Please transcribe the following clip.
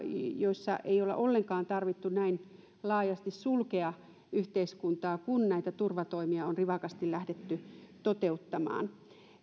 joissa ei olla ollenkaan tarvittu näin laajasti sulkea yhteiskuntaa kun näitä turvatoimia on rivakasti lähdetty toteuttamaan